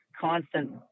constant